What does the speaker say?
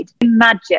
imagine